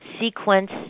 sequence